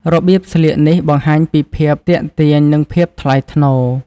របៀបស្លៀកនេះបង្ហាញពីភាពទាក់ទាញនិងភាពថ្លៃថ្នូរ។